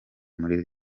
muri